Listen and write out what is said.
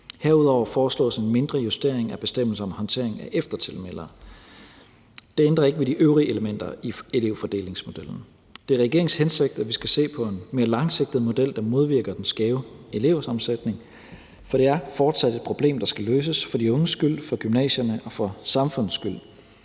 Herudover foreslås en mindre justering af bestemmelse om håndtering af eftertilmeldere. Det ændrer ikke ved de øvrige elementer i elevfordelingsmodellen. Det er regeringens hensigt, at vi skal se på en mere langsigtet model, der modvirker den skæve elevsammensætning, for det er fortsat et problem, der skal løses – for de unges skyld, for gymnasiernes skyld og for samfundets skyld.